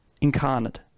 incarnate